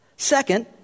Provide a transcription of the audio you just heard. Second